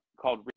called